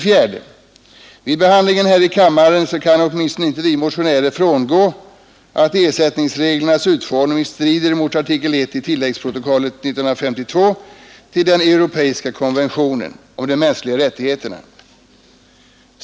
4. Vid behandlingen här i kammaren kan åtminstone inte vi motionärer frångå att ersättningsreglernas utformning strider mot artikel 1 i tilläggsprotokollet 1952 till den europeiska konventionen om de mänskliga rättigheterna.